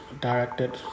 directed